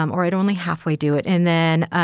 um all right. only halfway do it. and then,